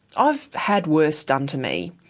i've had worse done to me.